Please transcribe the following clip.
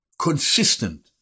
consistent